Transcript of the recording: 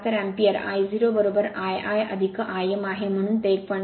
73 ampere I 0I i I m आहे म्हणून ते 1